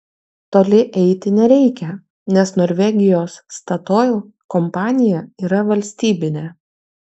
toli eiti nereikia nes norvegijos statoil kompanija yra valstybinė